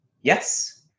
Yes